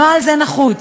נוהל זה נחוץ,